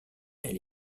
elle